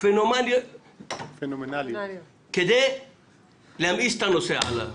פנומנליות כדי להמאיס את הנושא עליי.